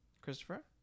Christopher